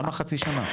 למה חצי שנה?